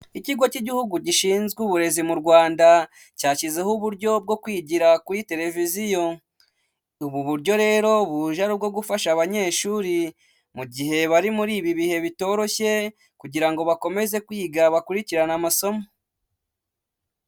Ikigo cy'igihugu gishinzwe uburezi mu Rwanda, cyashyizeho uburyo bwo kwigira kuri televiziyo. Ubu buryo rero, buje ari ubwo gufasha abanyeshuri mu gihe bari muri ibi bihe bitoroshye kugira ngo bakomeze kwiga, bakurikirane amasomo.